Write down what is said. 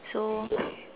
so